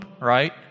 right